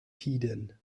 tiden